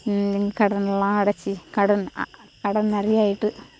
கடனெலாம் அடைத்து கடன் கடன் நிறையா ஆகிட்டு